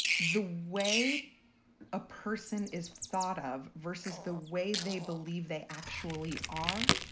the way a person is thought of versus the way they believe they actually are.